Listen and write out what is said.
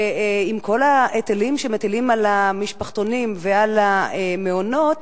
שעם כל ההיטלים שמטילים על המשפחתונים ועל המעונות,